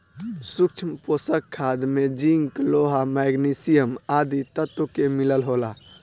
सूक्ष्म पोषक खाद में जिंक, लोहा, मैग्निशियम आदि तत्व के मिलल होला